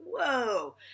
whoa